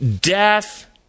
death